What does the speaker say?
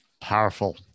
Powerful